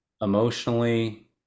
emotionally